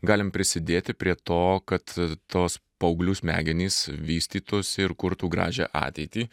galim prisidėti prie to kad tos paauglių smegenys vystytųsi ir kurtų gražią ateitį